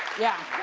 yeah.